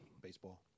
baseball